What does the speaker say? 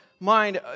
mind